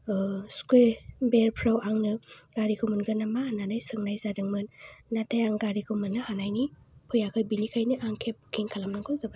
उभेरफ्राव आंनो गारिखौ मोनगोन नामा होन्नानै सोंनाय जादोंमोन नाथाय आं गारिखौ मोननो हानायनि फैयाखै बेनिखायनो आं केब बुकिं खालामनांगौ जाबाय